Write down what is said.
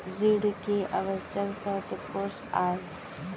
ऋण के आवश्यक शर्तें कोस आय?